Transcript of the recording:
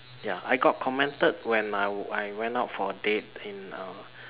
ya I got commented when I w~ I went out for a date in uh